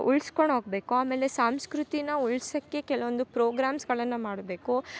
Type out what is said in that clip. ಉಳ್ಸ್ಕೊಂಡೋಗಬೇಕು ಆಮೇಲೆ ಸಂಸ್ಕೃತಿನ ಉಳ್ಸಕ್ಕೆ ಕೆಲವೊಂದು ಪ್ರೋಗ್ರಾಮ್ಸ್ಗಳನ್ನ ಮಾಡಬೇಕು